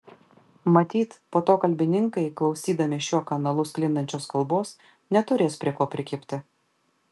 matyt po to kalbininkai klausydami šiuo kanalu sklindančios kalbos neturės prie ko prikibti